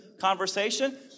conversation